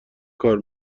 کار